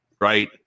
right